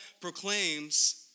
proclaims